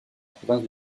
province